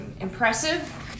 impressive